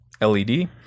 LED